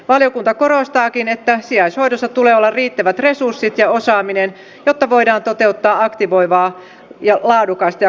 valiokunta korostaakin että sijaishoidossa tulee olla riittävät resurssit ja osaaminen jotta voidaan toteuttaa aktivoivaa laadukasta ja kuntouttavaa hoivaa